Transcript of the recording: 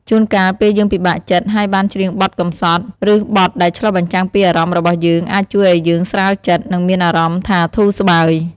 ជូនកាលពេលយើងពិបាកចិត្ត ហើយបានច្រៀងបទកម្សត់ ឬបទដែលឆ្លុះបញ្ចាំងពីអារម្មណ៍របស់យើង អាចជួយឲ្យយើងស្រាលចិត្ត និងមានអារម្មណ៍ថាធូរស្បើយ។